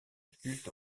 culte